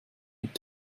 mit